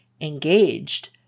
engaged